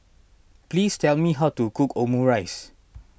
please tell me how to cook Omurice